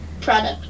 product